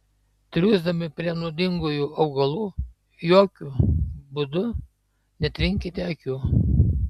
triūsdami prie nuodingųjų augalų jokiu būdu netrinkite akių